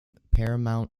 paramount